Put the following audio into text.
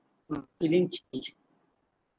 mm leaving each